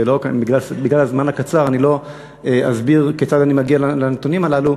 בגלל הזמן הקצר אני לא אסביר כיצד אני מגיע לנתונים הללו,